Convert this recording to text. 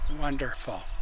wonderful